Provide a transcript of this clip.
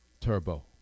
Turbo